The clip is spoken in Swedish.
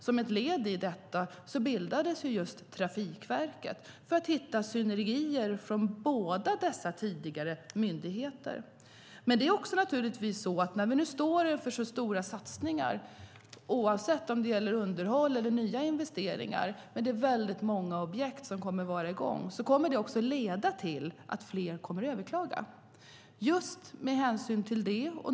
Som ett led i detta bildades Trafikverket för att hitta synergier från båda dessa tidigare myndigheter. När vi nu står inför så stora satsningar på underhåll och nya investeringar, och det är väldigt många objekt som kommer att vara i gång, kommer det naturligtvis också att leda till att fler kommer att överklaga.